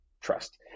trust